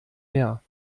mehr